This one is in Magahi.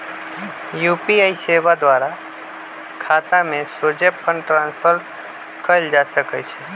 यू.पी.आई सेवा द्वारा खतामें सोझे फंड ट्रांसफर कएल जा सकइ छै